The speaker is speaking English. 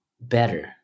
better